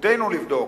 וזכותנו לבדוק,